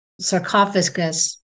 sarcophagus